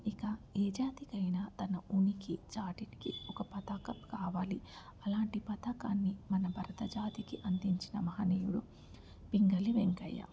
ఇక ఏ జాతికైనా తన ఉనికి చాటింనికి ఒక పతాకం కావాలి అలాంటి పతా కాన్ని మన భర్త జాతికి అందించిన మహనీయుడు పింగళి వెంకయ్య